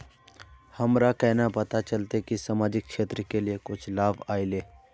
हमरा केना पता चलते की सामाजिक क्षेत्र के लिए कुछ लाभ आयले?